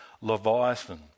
Leviathan